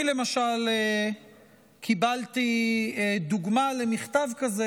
אני למשל קיבלתי דוגמה למכתב כזה,